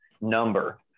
number